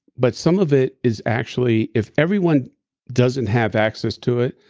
but some of it is actually if everyone doesn't have access to it,